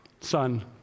son